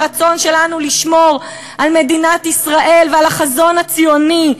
ברצון שלנו לשמור על מדינת ישראל ועל החזון הציוני.